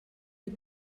wie